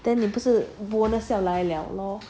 then 你不是 bonus 要来了咯